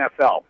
NFL